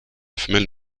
femelle